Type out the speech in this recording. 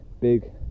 big